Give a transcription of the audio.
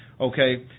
Okay